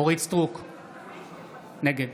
נגד